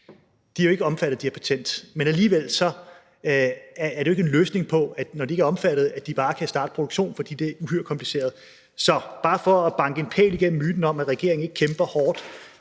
de er jo ikke omfattet af det her med patent. Men alligevel er det, at de ikke er omfattet, jo ikke en løsning, i forhold til at de så bare kan starte en produktion, for det er uhyre kompliceret. Så det var bare for at banke en pæl igennem myten om, at regeringen ikke kæmper hårdt,